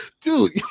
dude